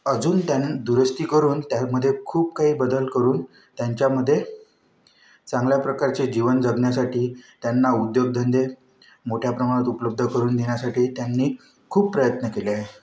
अजून त्यांनी दुरुस्ती करून त्यामध्ये खूप काही बदल करून त्यांच्यामध्ये चांगल्या प्रकारचे जीवन जगण्यासाठी त्यांना उद्योगधंदे मोठ्या प्रमाणात उपलब्ध करून देण्यासाठी त्यांनी खूप प्रयत्न केले आहे